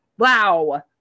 Wow